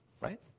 right